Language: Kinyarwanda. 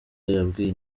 yabwiye